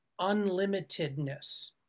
unlimitedness